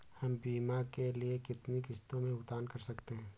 हम बीमा के लिए कितनी किश्तों में भुगतान कर सकते हैं?